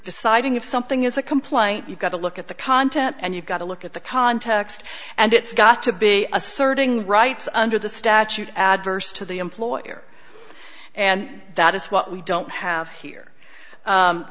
deciding if something is a complaint you've got to look at the content and you've got to look at the context and it's got to be asserting rights under the statute adverse to the employer and that is what we don't have here